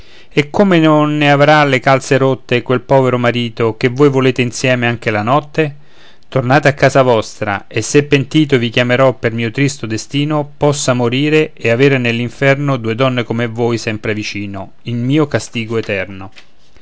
e come non ne avrà le calze rotte quel povero marito che voi volete insieme anche la notte tornate a casa vostra e se pentito vi chiamerò per mio tristo destino possa morire e avere nell'inferno due donne come voi sempre vicino in mio castigo eterno